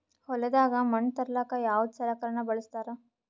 ಹೊಲದಾಗ ಮಣ್ ತರಲಾಕ ಯಾವದ ಸಲಕರಣ ಬಳಸತಾರ?